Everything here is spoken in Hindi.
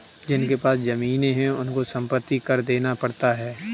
जिनके पास जमीने हैं उनको संपत्ति कर देना पड़ता है